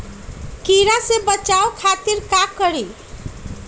कीरा से बचाओ खातिर का करी?